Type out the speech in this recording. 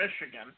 Michigan